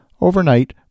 Overnight